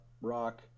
rock